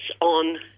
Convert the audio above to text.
on